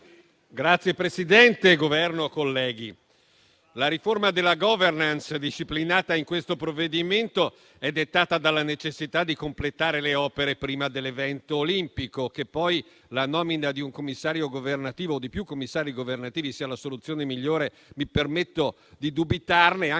Governo, onorevoli colleghi, la riforma della *governance* disciplinata in questo provvedimento è dettata dalla necessità di completare le opere prima dell'evento olimpico. Del fatto che la nomina di un commissario governativo o di più commissari governativi sia la soluzione migliore mi permetto di dubitare, anche perché sono